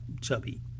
chubby